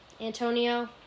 Antonio